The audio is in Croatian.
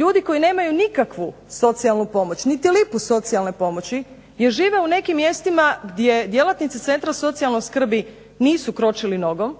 ljudi koji nemaju nikakvu socijalnu pomoć, niti lipu socijalne pomoći, jer žive u nekim mjestima gdje djelatnici centra socijalne skrbi nisu kročili nogom,